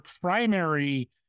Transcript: primary